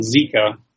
Zika